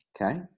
Okay